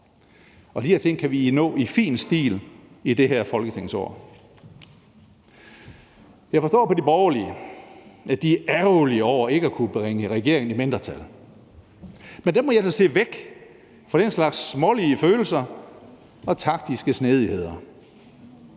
De her ting kan vi nå i fin stil i det her folketingsår. Jeg forstår på de borgerlige, at de er ærgerlige over ikke at kunne bringe regeringen i mindretal, men der må jeg se væk fra den slags smålige følelser og taktiske snedigheder.